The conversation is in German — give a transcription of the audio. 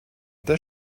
das